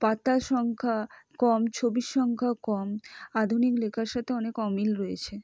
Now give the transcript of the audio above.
পাতার সংখ্যা কম ছবির সংখ্যা কম আধুনিক লেখার সাথে অনেক অমিল রয়েছে